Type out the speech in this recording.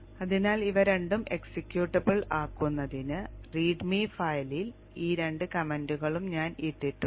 അതിനാൽ ഇവ രണ്ടും എക്സിക്യൂട്ടബിൾ ആക്കുന്നതിന് read me ഫയലിൽ ഈ രണ്ട് കമന്റുകളും ഞാൻ ഇട്ടിട്ടുണ്ട്